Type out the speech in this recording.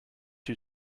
two